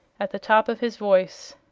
at the top of his voice.